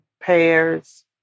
pairs